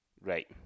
Right